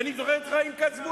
ואני זוכר את חיים כץ,